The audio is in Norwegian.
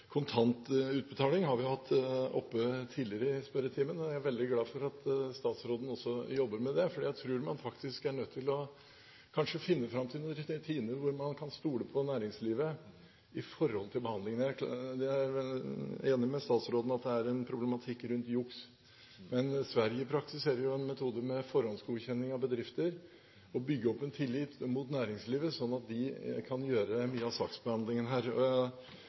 Kontantutbetaling har vi hatt oppe tidligere i spørretimen. Jeg er veldig glad for at statsråden også jobber med det, for jeg tror man kanskje er nødt til å finne fram til noen rutiner der man kan stole på næringslivet når det gjelder behandlingen. Jeg er enig med statsråden i at det er en problematikk rundt juks, men Sverige praktiserer jo en metode med forhåndsgodkjenning av bedrifter og bygger opp en tillit mot næringslivet, sånn at de kan gjøre mye av saksbehandlingen her.